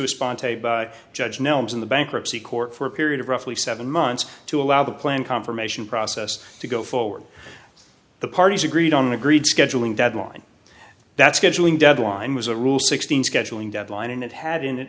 respond judge nelms in the bankruptcy court for a period of roughly seven months to allow the plan confirmation process to go forward the parties agreed on agreed scheduling deadline that's scheduled deadline was a rule sixteen scheduling deadline and it had